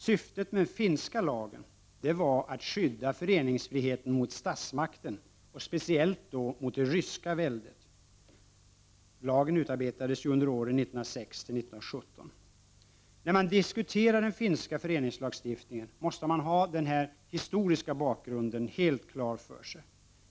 Syftet med den finska lagen var att skydda föreningsfriheten mot statsmakten och speciellt då mot det ryska väldet. Lagen utarbetades ju under åren 1906-1917. När man diskuterar den finska föreningslagstiftningen måste man ha denna historiska bakgrund helt klar för sig.